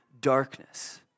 darkness